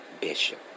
Bishop